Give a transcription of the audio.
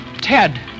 Ted